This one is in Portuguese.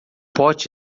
pote